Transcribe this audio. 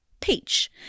peach